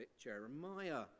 jeremiah